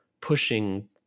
pushing